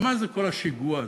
מה זה כל השיגוע הזה?